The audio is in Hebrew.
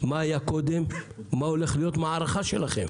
מה היה קודם, מה הולך להיות, מה ההערכה שלכם.